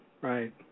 right